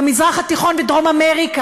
במזרח התיכון ובדרום-אמריקה,